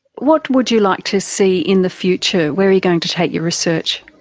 what would you like to see in the future? where are you going to take your research?